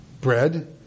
bread